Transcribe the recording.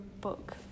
book